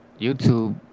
YouTube